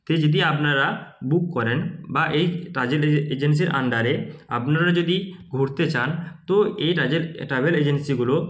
কে যদি আপনারা বুক করেন বা এই ট্রাভেল এ এজেন্সির আন্ডারে আপনারা যদি ঘুরতে চান তো এই টাজেল ট্রাভেল এজেন্সিগুলো